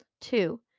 Two